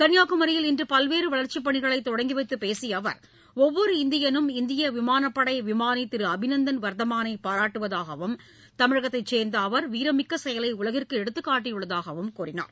கன்னியாகுமரியில் இன்று பல்வேறு வளர்ச்சிப்பனிகளை தொடங்கிவைத்து பேசிய அவர் ஒவ்வொரு இந்தியனும் இந்திய விமானப்படை விமானி திரு அபிநந்தன் வர்தமானை பாராட்டுவதாகவும் தமிழகத்தை சேர்ந்த அவர் வீரம் மிக்க செயலை உலகிற்கு எடுத்துக்காட்டியுள்ளதாகவும் கூறினார்